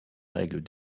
règles